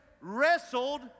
wrestled